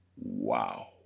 Wow